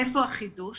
איפה החידוש?